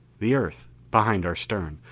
the earth, behind our stern,